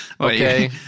Okay